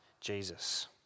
Jesus